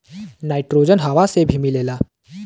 nitrogen हवा से भी मिलेला